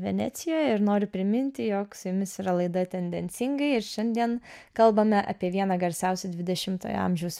venecijoje ir noriu priminti jog su jumis yra laida tendencingai ir šiandien kalbame apie vieną garsiausių dvidešimtojo amžiaus